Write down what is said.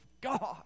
God